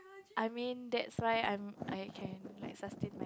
I mean that's why I'm I can like sustain my